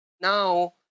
now